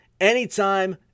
anytime